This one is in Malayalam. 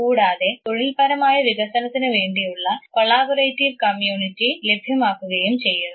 കൂടാതെ തൊഴിൽപരമായ വികസനത്തിന് വേണ്ടിയുള്ള കൊളാബറേറ്റീവ്വ് കമ്മ്യൂണിറ്റി ലഭ്യമാക്കുകയും ചെയ്യുന്നു